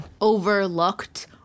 overlooked